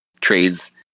Trades